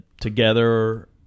together